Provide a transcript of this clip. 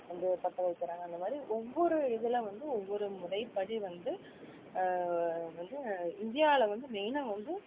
வந்து பற்ற வைக்கிறாங்க அந்தமாதிரி ஒவ்வொரு இதில் வந்து ஒவ்வொரு முறைப்படி வந்து வந்து இந்தியாவில் வந்து மெயினாக வந்து